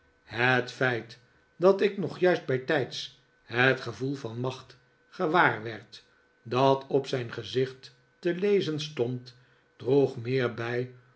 het feit dat ik nog juist bijtiids het gevoel van macht gewaar werd dat op zijn gezicht te lezen stond droeg meer bij